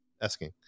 asking